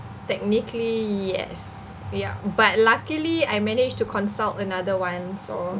technically yes ya but luckily I managed to consult another one so